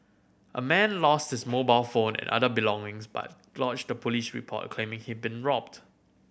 a man lost his mobile phone and other belongings but lodged a police report claiming he'd been robbed